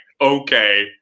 okay